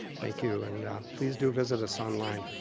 thank you. and please do visit us online.